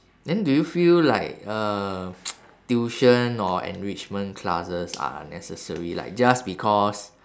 then do you feel like uh tuition or enrichment classes are necessary like just because